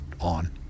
on